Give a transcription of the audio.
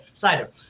Cider